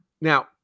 Now